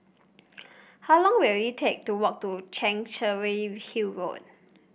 how long will it take to walk to Chancery Hill Road